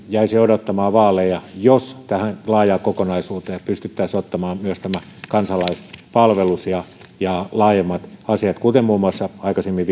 jäisi odottamaan vaaleja jos tähän laajaan kokonaisuuteen pystyttäisiin ottamaan myös tämä kansalaispalvelus ja ja laajemmat asiat kuten muun muassa aikaisemmin